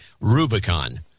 Rubicon